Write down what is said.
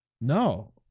no